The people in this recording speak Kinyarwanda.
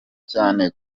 cyane